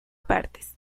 partes